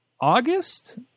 august